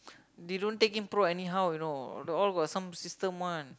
they don't take in pro anyhow you know the all got some system one